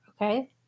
Okay